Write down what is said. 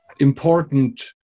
important